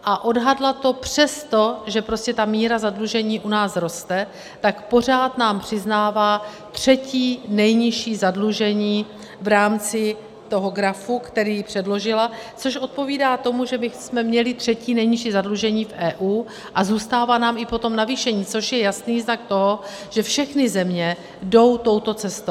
A odhadla to přesto, že ta míra zadlužení u nás roste, tak pořád nám přiznává třetí nejnižší zadlužení v rámci toho grafu, který předložila, což odpovídá tomu, že bychom měli třetí nejnižší zadlužení v EU, a zůstává nám i po tom navýšení, což je jasný znak toho, že všechny země jdou touto cestou.